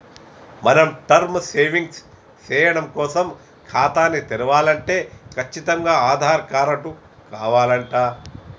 మనం term savings సేయడం కోసం ఖాతాని తెరవలంటే కచ్చితంగా ఆధార్ కారటు కావాలంట